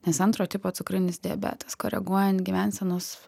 nes antro tipo cukrinis diabetas koreguojant gyvensenos